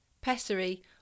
pessary